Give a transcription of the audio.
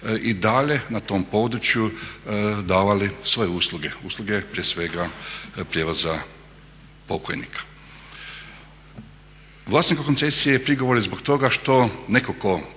i dalje na tom području davali svoje usluge. Usluge prije svega prijevoza pokojnika. Vlasnika koncesije prigovor je zbog toga što netko